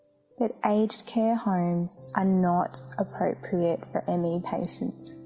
but aged care homes are not appropriate for m e. patients.